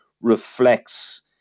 reflects